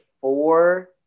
four